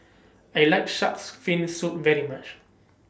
I like Shark's Fin Soup very much